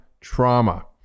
trauma